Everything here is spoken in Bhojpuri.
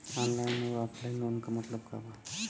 ऑनलाइन अउर ऑफलाइन लोन क मतलब का बा?